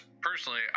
personally